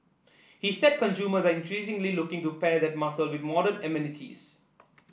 he said consumers are increasingly looking to pair that muscle with modern amenities